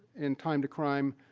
in time-to-crime